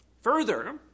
Further